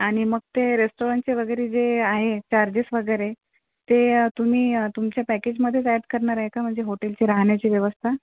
आणि मग ते रेस्टॉरंटचे वगैरे जे आहे चार्जेस वगैरे ते तुम्ही तुमच्या पॅकेजमधेच ॲड करणार आहे का म्हणजे हॉटेलची राहण्याची व्यवस्था